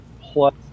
plus